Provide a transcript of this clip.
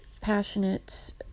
passionate